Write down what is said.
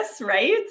Right